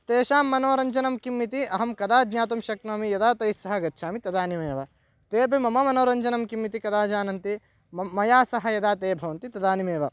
तेषां मनोरञ्जनं किम् इति अहं कदा ज्ञातुं शक्नोमि यदा तैः सह गच्छामि तदानीमेव तेऽपि मम मनोरञ्जनं किम् इति कदा जानन्ति मया सह यदा ते भवन्ति तदानीमेव